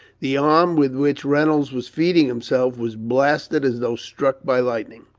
the arm with which reynolds was feeding himself, was blasted as though struck by lightning.